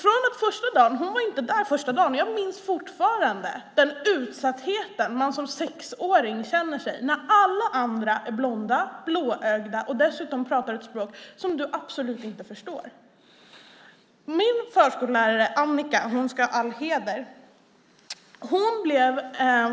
Förskolläraren var inte där första dagen. Jag minns fortfarande den utsatthet jag som sexåring kände när alla andra var blonda, blåögda och dessutom pratade ett språk som jag absolut inte förstod. Min förskollärare Annika ska ha all heder.